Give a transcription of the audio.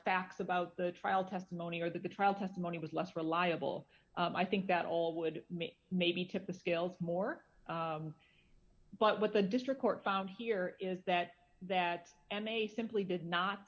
facts about the trial testimony or that the trial testimony was less reliable i think that all would maybe tip the scales more but what the district court found here is that that and they simply did not